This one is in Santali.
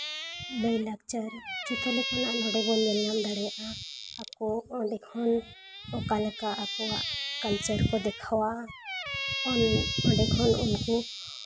ᱞᱟᱭᱼᱞᱟᱠᱪᱟᱨ ᱡᱚᱛᱚ ᱞᱮᱠᱟᱱᱟᱜ ᱱᱚᱰᱮ ᱵᱚᱱ ᱧᱮᱞ ᱧᱟᱢ ᱫᱟᱲᱮᱭᱟᱜᱼᱟ ᱟᱠᱚ ᱚᱸᱰᱮ ᱠᱷᱚᱱ ᱚᱠᱟ ᱞᱮᱠᱟ ᱟᱠᱚᱣᱟᱜ ᱠᱟᱞᱪᱟᱨ ᱠᱚ ᱫᱮᱠᱷᱟᱣᱟ ᱚᱸᱰᱮ ᱠᱷᱚᱱ ᱩᱱᱠᱩ